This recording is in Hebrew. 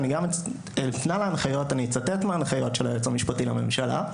אני אצטט מההנחיות של היועץ המשפטי לממשלה,